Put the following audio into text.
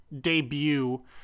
debut